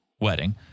wedding